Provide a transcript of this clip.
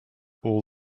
all